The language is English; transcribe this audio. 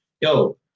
yo